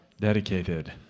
dedicated